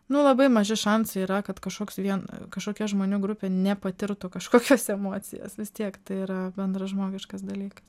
nu labai maži šansai yra kad kažkoks viena kažkokia žmonių grupė nepatirtų kažkokios emocijos vis tiek tai yra bendražmogiškas dalykas